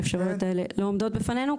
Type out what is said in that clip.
האפשרויות האלה לא עומדות בפנינו.